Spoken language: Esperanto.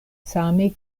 same